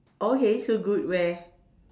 oh okay so good where